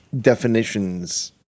Definitions